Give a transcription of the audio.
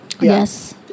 Yes